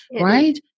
right